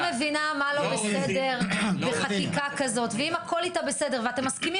לא מבינה מה לא בסדר בחקיקה כזאת ואם הכול איתה בסדר ואתם מסכימים